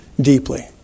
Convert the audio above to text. deeply